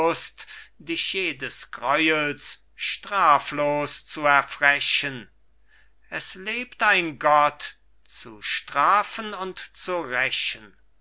jedes greuels straflos zu erfrechen es lebt ein gott zu strafen und zu rächen